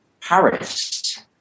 Paris